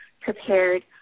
prepared